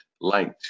light